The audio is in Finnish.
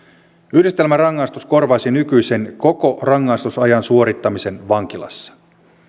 yhdistelmärangaistus korvaisi nykyisen koko rangaistusajan suorittamisen vankilassa